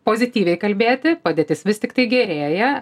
pozityviai kalbėti padėtis vis tiktai gerėja